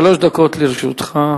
שלוש דקות לרשותך.